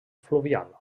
fluvial